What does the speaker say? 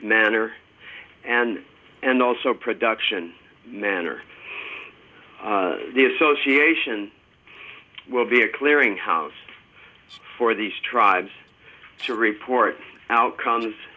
manner and and also production manor the association will be a clearinghouse for these tribes to report outcomes